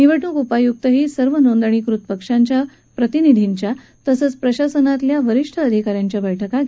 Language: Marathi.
निवडणूक उपायुक्तही सर्व नोंदणीकृत पक्षाच्या प्रतिनिधींच्या तसंच प्रशासनातल्या वरिष्ठ अधिकाऱ्यांच्या बैठका घेणार आहेत